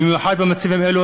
במיוחד במצבים האלה,